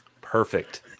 Perfect